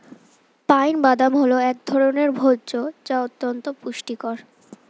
pine বাদাম হল এক ধরনের ভোজ্য যা অত্যন্ত পুষ্টিকর